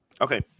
Okay